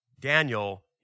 Daniel